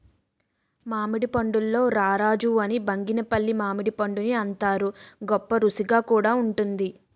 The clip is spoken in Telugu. మామిడి పండుల్లో రారాజు అని బంగినిపల్లి మామిడిపండుని అంతారు, గొప్పరుసిగా కూడా వుంటుంది